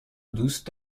دوست